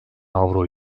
avro